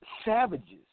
Savages